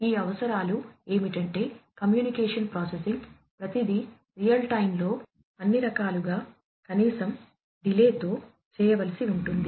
ఈ అవసరాలు ఏమిటంటే కమ్యూనికేషన్ లో అన్ని రకాలుగా కనీసం డిలే తో చేయవలసి ఉంటుంది